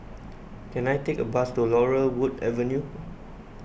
can I take a bus to Laurel Wood Avenue